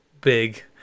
big